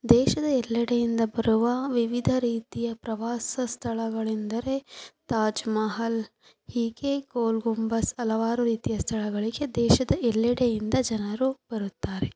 ದೇಶದ ಎಲ್ಲೆಡೆಯಿಂದ ಬರುವ ವಿವಿಧ ರೀತಿಯ ಪ್ರವಾಸ ಸ್ಥಳಗಳೆಂದರೆ ತಾಜ್ ಮಹಲ್ ಹೀಗೆ ಗೋಲ್ ಗುಂಬಜ್ ಅಲವಾರು ರೀತಿಯ ಸ್ಥಳಗಳಿಗೆ ದೇಶದ ಎಲ್ಲೆಡೆಯಿಂದ ಜನರು ಬರುತ್ತಾರೆ